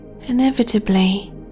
inevitably